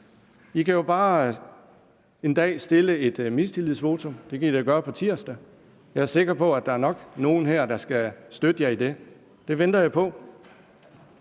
kan jo bare en dag stille et mistillidsvotum, det kan man da gøre på tirsdag. Jeg er sikker på, at der nok er nogen her, der skal støtte Enhedslisten i det. Det venter jeg på.